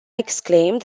exclaimed